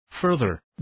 Further